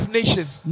nations